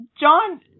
John